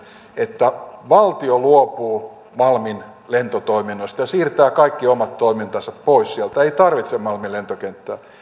että valtio luopuu malmin lentotoiminnoista ja siirtää kaikki omat toimintansa pois sieltä ei tarvitse malmin lentokenttää